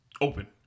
Open